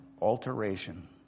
alteration